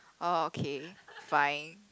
okay fine